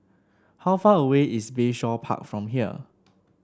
how far away is Bayshore Park from here